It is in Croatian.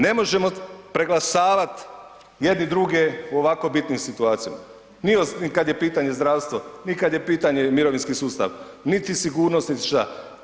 Ne možemo preglasavati jedni druge u ovako bitnim situacijama. ... kad je pitanje zdravstvo, nikad je pitanje mirovinski sustav, niti sigurnost niti šta.